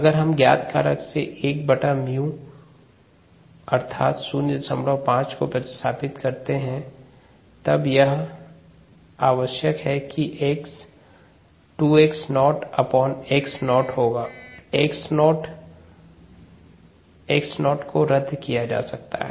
अगर हम ज्ञात कारक से 1𝜇 05 को प्रतिस्थापित करते हैं तब आवश्यक x 2 x not x not होगा x नॉट x नॉट को रद्द किया जा सकता है